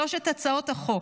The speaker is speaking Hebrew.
שלוש הצעות חוק,